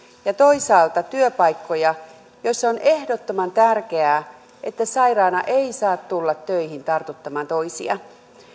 ja toisaalta työpaikkoja joissa on ehdottoman tärkeää että sairaana ei saa tulla töihin tartuttamaan toisia